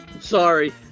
Sorry